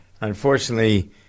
Unfortunately